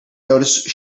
notice